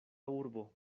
urbo